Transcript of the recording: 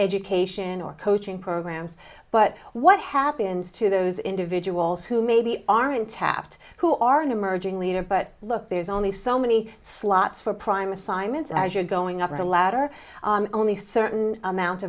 education or coaching programs but what happens to those individuals who maybe aren't tapped who are in a merger leader but look there's only so many slots for prime assignments as you're going up the ladder only certain amount